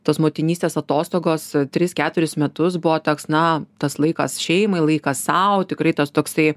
tos motinystės atostogos tris keturis metus buvo toks na tas laikas šeimai laikas sau tikrai tas toksai